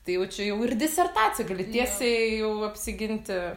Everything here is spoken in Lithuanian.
tai jaučiu jau ir disertaciją gali tiesiai jau apsiginti